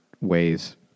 ways